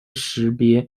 识别